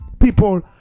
people